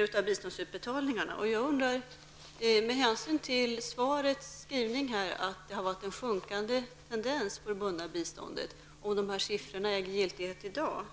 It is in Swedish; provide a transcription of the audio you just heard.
ungefär 50 %. Jag undrar med hänsyn till skrivningen i svaret om att det varit en sjunkande tendens för det bundna biståndet, huruvida dessa siffror äger giltighet också i dag.